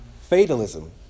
fatalism